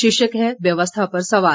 शीर्षक है व्यवस्था पर सवाल